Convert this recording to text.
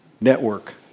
network